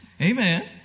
Amen